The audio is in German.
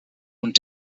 und